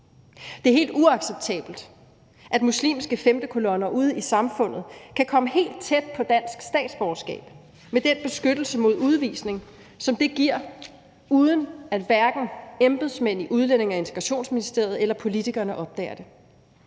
Det er helt uacceptabelt, at muslimske femtekolonner ude i samfundet kan komme helt tæt på dansk statsborgerskab med den beskyttelse mod udvisning, som det giver, uden at hverken embedsmænd i Udlændinge- og Integrationsministeriet eller politikere opdager det.